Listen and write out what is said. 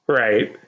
right